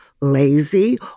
lazy